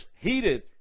heated